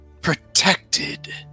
protected